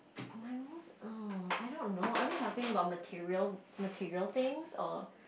my most oh I don't know are we talking about material material things or